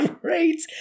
great